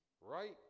right